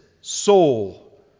soul